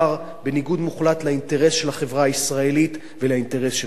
בניגוד מוחלט לאינטרס של החברה הישראלית ולאינטרס של מדינת ישראל.